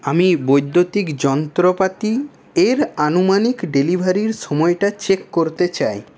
আমি বৈদ্যুতিক যন্ত্রপাতি এর আনুমানিক ডেলিভারির সময়টা চেক করতে চাই